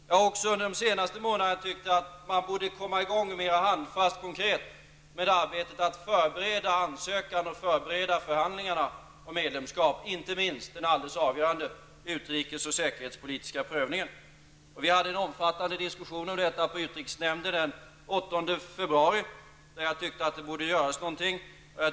Jag har också under de senaste månaderna ansett att man borde komma i gång mer handfast och konkret med arbetet att förbereda ansökan och förhandlingarna om medlemskap och inte minst den alldeles avgörande utrikespolitiska och säkerhetspolitiska prövningen. Vi förde en omfattande diskussion om detta i utrikesnämnden den 8 februari, där jag ansåg att det borde göras någonting.